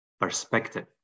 perspective